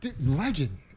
Legend